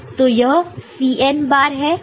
तो यह Cn बार है